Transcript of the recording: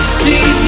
see